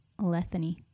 lethany